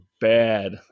bad